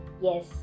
Yes